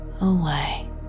away